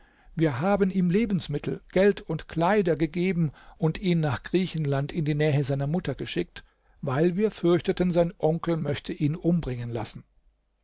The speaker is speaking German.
wir haben ihm lebensmittel geld und kleider gegeben und ihn nach griechenland in die nähe seiner mutter geschickt weil wir fürchteten sein onkel möchte ihn umbringen lassen